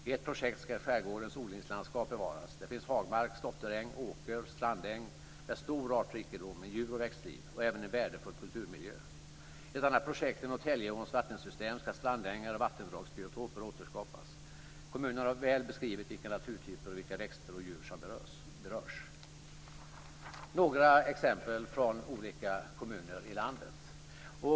I ett projekt ska skärgårdens odlingslandskap bevaras. Det finns hagmark, slåtteräng, åker och strandäng med stor artrikedom i både djur och växtliv och även en värdefull kulturmiljö. I ett annat projekt i Norrtäljeåns vattensystem ska strandängar och vattendragsbiotoper återskapas. Kommunen har väl beskrivit vilka naturtyper och vilka växter och djur som berörs. Detta var några exempel från olika kommuner i landet.